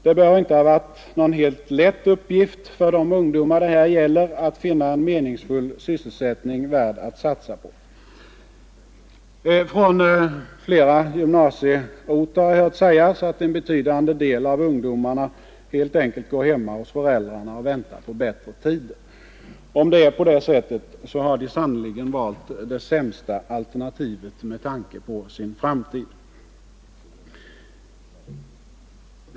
Det bör inte ha varit någon helt lätt uppgift för de ungdomar det här gäller att finna en meningsfull sysselsättning värd att satsa på. Från flera gymnasieorter har jag hört sägas att en betydande del av ungdomarna helt enkelt går hemma hos föräldrarna och väntar på bättre tider. Om det är på det sättet, har de sannerligen valt det sämsta alternativet med tanke på sin framtid.